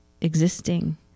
existing